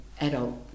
adult